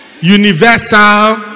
Universal